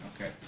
Okay